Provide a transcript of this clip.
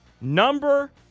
number